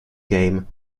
game